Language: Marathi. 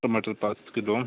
टमाटर पाच किलो